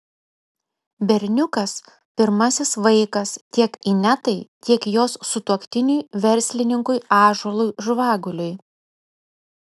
berniukas pirmasis vaikas tiek inetai tiek jos sutuoktiniui verslininkui ąžuolui žvaguliui